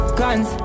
guns